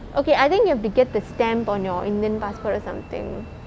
okay I think you have to get the stamp on your indian passport or something